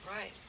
right